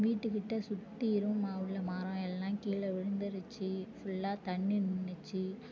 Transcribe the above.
வீட்டுக்கிட்ட சுற்றி வெறும் ம உள்ள மரம் எல்லாம் கீழே விழுந்துடுச்சு ஃபுல்லாக தண்ணி நின்னுச்சு